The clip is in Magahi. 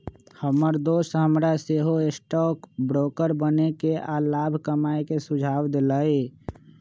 हमर दोस हमरा सेहो स्टॉक ब्रोकर बनेके आऽ लाभ कमाय के सुझाव देलइ